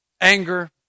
anger